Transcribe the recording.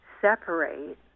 separate